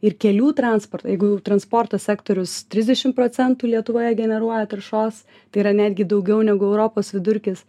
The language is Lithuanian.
ir kelių transportą jeigu jau transporto sektorius trisdešimt procentų lietuvoje generuoja taršos tai yra netgi daugiau negu europos vidurkis